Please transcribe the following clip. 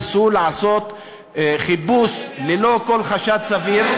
ניסו לעשות חיפוש ללא כל חשד סביר,